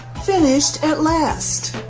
finished at last.